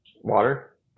Water